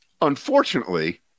Unfortunately